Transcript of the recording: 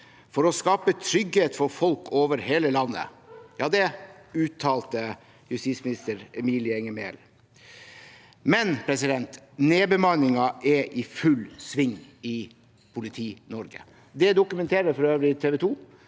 for å skape trygghet for folk over hele landet.» Ja, det uttalte justisminister Emilie Mehl. Men nedbemanningen er i full sving i Politi-Norge. Det dokumenterer for øvrig TV 2